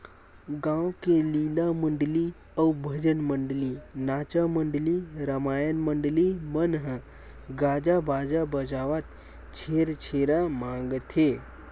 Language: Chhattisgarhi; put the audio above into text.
गाँव के लीला मंडली अउ भजन मंडली, नाचा मंडली, रमायन मंडली मन ह गाजा बाजा बजावत छेरछेरा मागथे